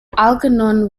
algernon